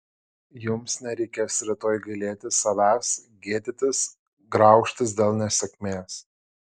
jums nereikės rytoj gailėtis savęs gėdytis graužtis dėl nesėkmės